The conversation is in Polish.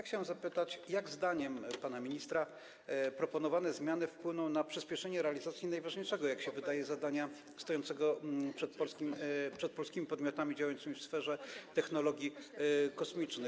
Chciałem zapytać, jak zdaniem pana ministra proponowane zmiany wpłyną na przyspieszenie realizacji najważniejszego, jak się wydaje, zadania stojącego przed polskimi podmiotami działającymi w sferze technologii kosmicznych.